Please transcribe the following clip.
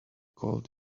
cold